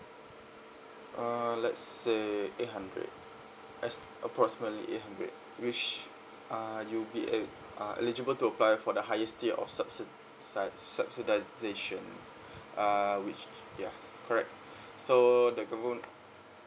uh let's say eight hundred as approximately eight hundred which uh you'll be e~ uh eligible to apply for the highest tier of subsi~ si~ subsidization uh which uh yeah correct so the